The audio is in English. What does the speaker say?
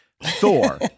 Thor